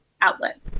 outlet